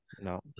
no